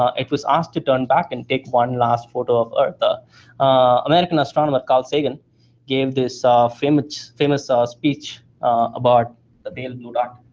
um it was asked to turn back and take one last photo of earth. american astronomer carl sagan gave this ah famous famous ah speech about the pale blue dot,